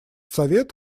совет